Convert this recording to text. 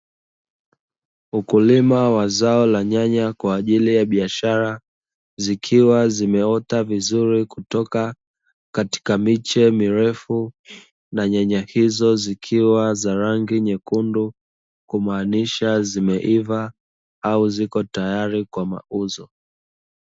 Ukulima wa zao la nyanya kwa ajili ya biashara zikiwa zimeota vizuri kutoka katika miche mirefu na nyanya hizo zikiwa na rangi nyekundu kumaaanisha zimeiva au ziko tayari kwa mauzo.